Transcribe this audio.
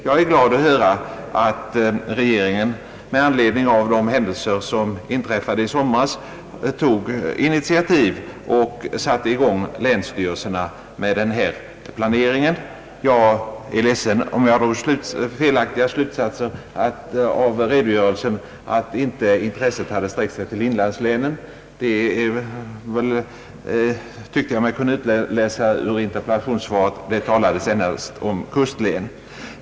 Jag är glad att höra att regeringen med anledning av de händelser som inträffade i somras tog initiativ och satte i gång länsstyrelserna med denna planering. Jag är ledsen om jag drog den felaktiga slutsatsen av redogörelsen, att intresset inte hade sträckt sig till inlandslänen. Det tyckte jag mig kunna utläsa ur interpellationssvaret, där det endast talas om kustlän.